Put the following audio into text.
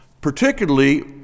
particularly